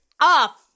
off